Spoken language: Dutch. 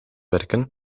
werken